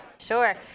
Sure